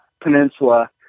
peninsula